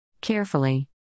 carefully